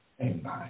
Amen